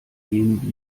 gehen